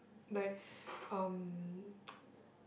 like um